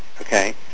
okay